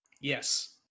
Yes